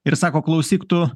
ir sako klausyk tu